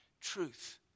truth